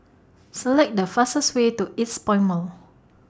Select The fastest Way to Eastpoint Mall